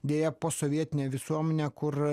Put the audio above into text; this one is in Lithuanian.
deja posovietinė visuomenė kur